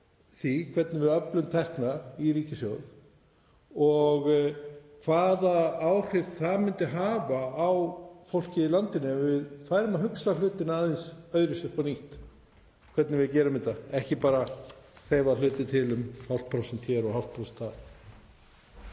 því hvernig við öflum tekna í ríkissjóð og hvaða áhrif það myndi hafa á fólkið í landinu ef við færum að hugsa hlutina aðeins upp á nýtt, hvernig við gerum þetta, ekki bara hreyfa hluti til um hálft prósent